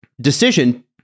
decision